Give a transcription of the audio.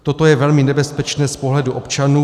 Toto je velmi nebezpečné z pohledu občanů.